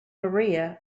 maria